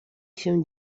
się